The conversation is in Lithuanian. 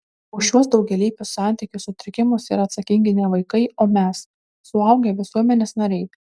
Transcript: už šiuos daugialypius santykių sutrikimus yra atsakingi ne vaikai o mes suaugę visuomenės nariai